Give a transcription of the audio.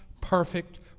perfect